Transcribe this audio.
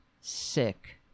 Sick